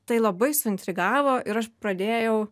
tai labai suintrigavo ir aš pradėjau